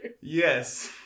yes